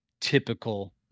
typical